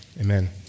amen